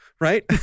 right